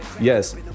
yes